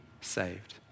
saved